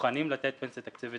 מוכנים לתת פנסיה תקציבית,